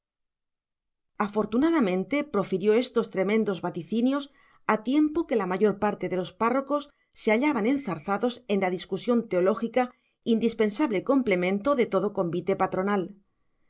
afortunadamente profirió estos tremendos vaticinios a tiempo que la mayor parte de los párrocos se hallaban enzarzados en la discusión teológica indispensable complemento de todo convite patronal